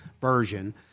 version